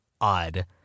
odd